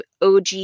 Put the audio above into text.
OG